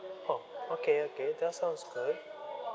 oh okay okay that sounds good